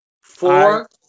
Four